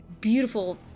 beautiful